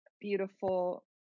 beautiful